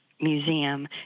museum